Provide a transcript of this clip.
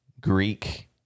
Greek